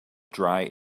dry